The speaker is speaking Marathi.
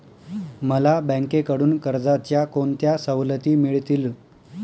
मला बँकेकडून कर्जाच्या कोणत्या सवलती मिळतील?